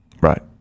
right